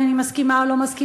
אם אני מסכימה או לא מסכימה.